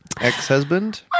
ex-husband